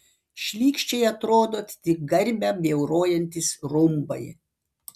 šlykščiai atrodo tik garbę bjaurojantys rumbai